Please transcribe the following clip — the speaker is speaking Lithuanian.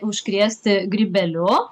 užkrėsti grybeliu